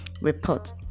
report